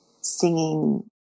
singing